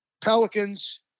Pelicans